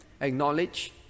acknowledge